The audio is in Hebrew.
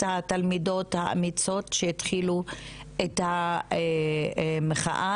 התלמידות האמיצות שהתחילו את המחאה,